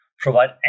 provide